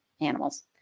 animals